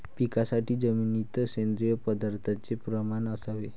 पिकासाठी जमिनीत सेंद्रिय पदार्थाचे प्रमाण असावे